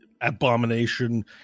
abomination